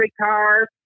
cars